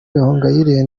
gahongayire